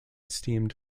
steamed